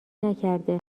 نکرده